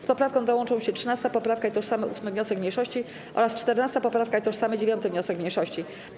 Z poprawką tą łączą się 13. poprawka i tożsamy 8. wniosek mniejszości oraz 14. poprawka i tożsamy 9. wniosek mniejszości.